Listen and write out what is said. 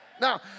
Now